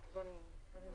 זה